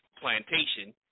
plantation